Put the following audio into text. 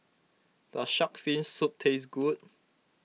does Shark's Fin Soup taste good